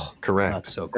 Correct